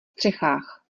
střechách